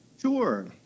Sure